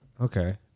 Okay